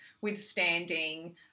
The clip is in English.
withstanding